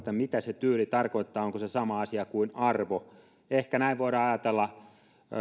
mitä se tyyli tarkoittaa onko se sama asia kuin arvo mihin en voinut enää vastata aikataulun loputtua ehkä näin voidaan ajatella